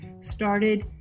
started